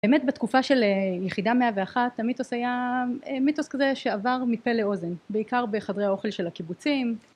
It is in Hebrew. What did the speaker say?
באמת בתקופה של יחידה מאה ואחת המיתוס היה מיתוס כזה שעבר מפה לאוזן בעיקר בחדרי האוכל של הקיבוצים